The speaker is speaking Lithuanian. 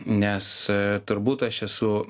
nes turbūt aš esu